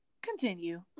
Continue